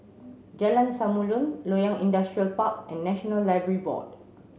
Jalan Samulun Loyang Industrial Park and National Library Board